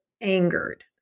angered